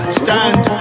stand